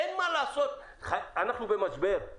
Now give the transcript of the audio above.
אין מה לעשות, אנחנו במשבר.